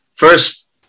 first